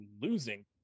losing